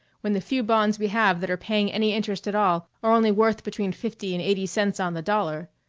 when the few bonds we have that are paying any interest at all are only worth between fifty and eighty cents on the dollar.